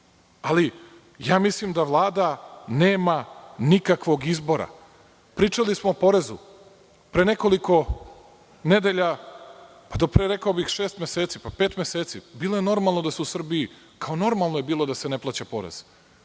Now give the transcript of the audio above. ali mislim da Vlada nema nikakvog izbora. Pričali smo i porezu. Pre nekoliko nedelja, do pre, rekao bih šest meseci, pa pet meseci, bilo je normalno da se u Srbiji da se ne plaća porez,